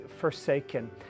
forsaken